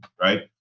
right